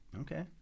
Okay